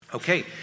Okay